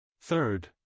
Third